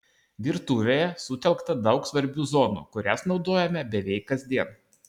virtuvėje sutelkta daug svarbių zonų kurias naudojame beveik kasdien